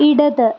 ഇടത്